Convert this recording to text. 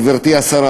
גברתי השרה,